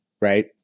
right